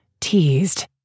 teased